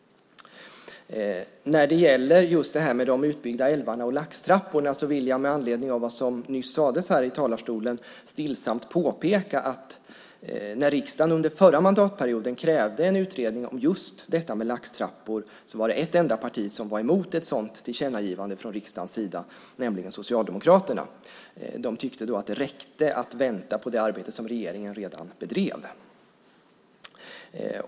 När det gäller de utbyggda älvarna och laxtrapporna vill jag med anledning av vad som nyss sades här i talarstolen stillsamt påpeka att när riksdagen under förra mandatperioden krävde en utredning om just laxtrappor var det ett enda parti som var emot ett sådant tillkännagivande från riksdagens sida, nämligen Socialdemokraterna. De tyckte då att det räckte med att vänta på det arbete som regeringen redan bedrev.